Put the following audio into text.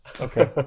Okay